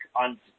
on